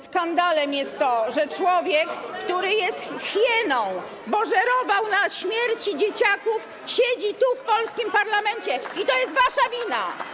Skandalem jest to, że człowiek, który jest hieną, bo żerował na śmierci dzieciaków, siedzi tu, w polskim parlamencie, i to jest wasza wina.